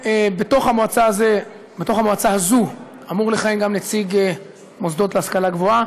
ובמועצה הזאת אמור לכהן גם נציג מוסדות להשכלה גבוהה.